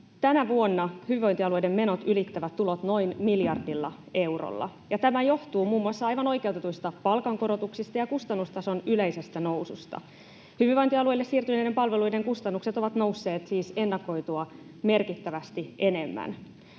Tänä vuonna hyvinvointialueiden menot ylittävät tulot noin miljardilla eurolla, ja tämä johtuu muun muassa — aivan oikeutetuista — palkankorotuksista ja kustannustason yleisestä noususta. Hyvinvointialueille siirtyneiden palveluiden kustannukset ovat nousseet siis ennakoitua merkittävästi enemmän.